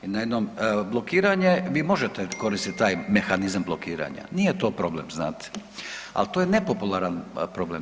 I na jednom, blokiranje vi možete koristit taj mehanizam blokiranja, nije to problem znate, al to je nepopularan problem.